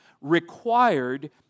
required